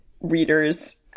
readers